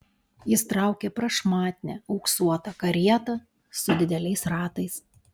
jis traukė prašmatnią auksuotą karietą su dideliais ratais